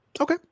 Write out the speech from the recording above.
Okay